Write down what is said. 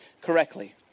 correctly